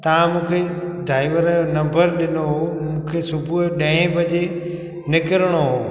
तव्हां मूंखे डाइवर जो नंबर ॾिनो हुओ मूंखे सुबुहु ॾहें बजे निकिरिणो हुओ